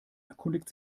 erkundigt